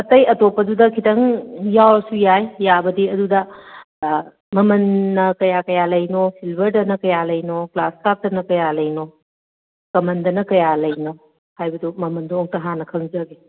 ꯑꯇꯩ ꯑꯇꯣꯞꯄꯗꯨꯗ ꯈꯤꯇꯪ ꯌꯥꯎꯔꯁꯨ ꯌꯥꯏ ꯌꯥꯕꯗꯤ ꯑꯗꯨꯗ ꯃꯃꯜꯅ ꯀꯌꯥ ꯀꯌꯥ ꯂꯩꯔꯤꯅꯣ ꯁꯤꯜꯚꯔꯗꯅ ꯀꯌꯥ ꯂꯩꯔꯤꯅꯣ ꯒ꯭ꯔꯥꯁ ꯀꯥꯞꯇꯅ ꯀꯌꯥ ꯂꯩꯔꯤꯅꯣ ꯀꯃꯟꯗꯅ ꯀꯌꯥ ꯂꯩꯔꯤꯅꯣ ꯍꯥꯏꯕꯗꯨ ꯃꯃꯜꯗꯨ ꯑꯝꯇ ꯍꯥꯟꯅ ꯈꯪꯖꯒꯦ